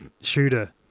shooter